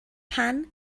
pan